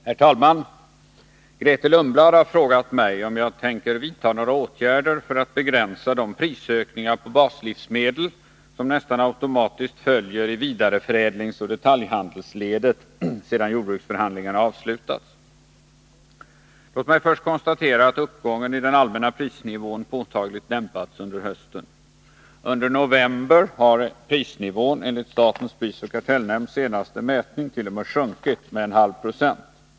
Herr talman! Grethe Lundblad har frågat mig om jag tänker vidta några åtgärder för att begränsa de prisökningar på baslivsmedel som nästan automatiskt följer i vidareförädlingsoch detaljhandelsledet sedan jordbruksförhandlingarna avslutats. Låt mig först konstatera att uppgången i den allmänna prisnivån påtagligt dämpats under hösten. Under november har prisnivån enligt statens prisoch kartellnämnds senaste mätning t.o.m. sjunkit med 0,5 90.